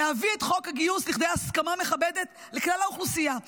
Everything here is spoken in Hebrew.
להביא את חוק הגיוס לכדי הסכמה מכבדת לכלל האוכלוסייה,